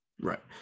Right